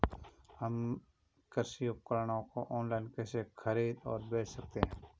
हम कृषि उपकरणों को ऑनलाइन कैसे खरीद और बेच सकते हैं?